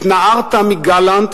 התנערת מגלנט,